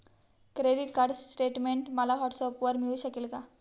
Credit card statement मला व्हॉट्सऍपवर मिळू शकेल का?